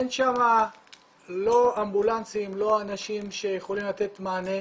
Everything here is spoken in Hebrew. אין שם אמבולנסים, לא אנשים שיכולים לתת מענה.